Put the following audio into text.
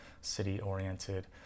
city-oriented